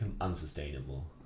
unsustainable